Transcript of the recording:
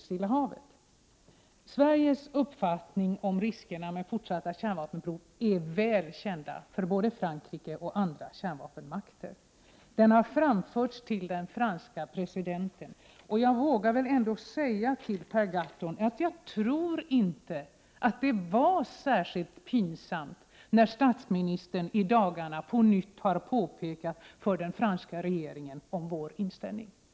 Sveriges uppfattning om riskerna med fortsatta kärnvapenprov är välkänd för både Frankrike och andra kärnvapenmakter. Den har framförts till den franska presidenten. Jag vill ändå säga till Per Gahrton att jag inte tror att det var särskilt pinsamt när statsministern i dagarna på nytt påpekade för den franska regeringen vilken inställning Sverige har.